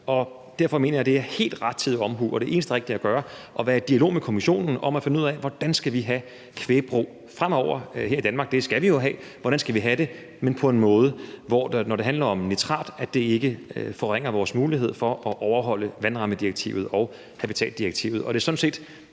Og derfor mener jeg, det er helt rettidig omhu og det eneste rigtige at gøre at være i dialog med Kommissionen om at finde ud af, hvordan vi skal have kvægbrug fremover her i Danmark. Det skal vi jo have. Hvordan skal vi have det, men på en måde, hvor det, når det handler om nitrat, ikke forringer vores mulighed for at overholde vandrammedirektivet og habitatdirektivet?